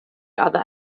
other